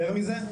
יותר מזה,